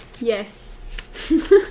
Yes